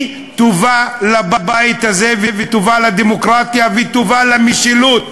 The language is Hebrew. היא טובה לבית הזה וטובה לדמוקרטיה וטובה למשילות.